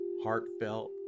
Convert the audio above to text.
heartfelt